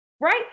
right